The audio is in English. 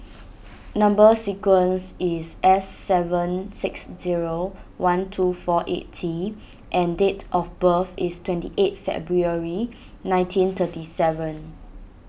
Number Sequence is S seven six zero one two four eight T and date of birth is twenty eight February nineteen thirty seven